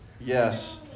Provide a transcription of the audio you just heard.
Yes